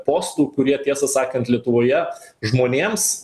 postų kurie tiesą sakant lietuvoje žmonėms